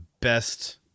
Best